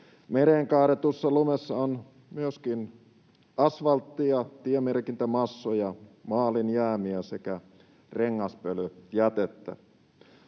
Mereen kaadetussa lumessa on myöskin asvalttia, tiemerkintämassoja, maalin jäämiä sekä rengaspölyjätettä.